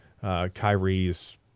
Kyrie's